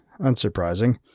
Unsurprising